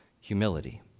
humility